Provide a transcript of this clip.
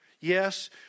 Yes